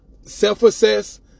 Self-assess